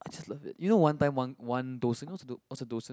I just love it you know one time one one what's a